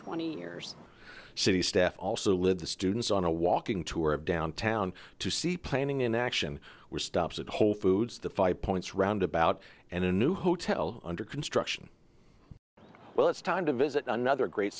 twenty years city staff also led the students on a walking tour of downtown to see planning in action which stops at whole foods the five points roundabout and a new hotel under construction well it's time to visit another great